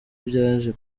byaje